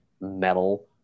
metal